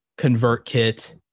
ConvertKit